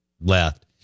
left